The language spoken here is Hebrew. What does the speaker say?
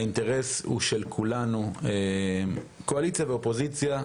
האינטרס הוא של כולנו, קואליציה ואופוזיציה.